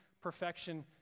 perfection